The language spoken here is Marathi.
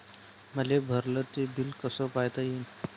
मले भरल ते बिल कस पायता येईन?